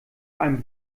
einem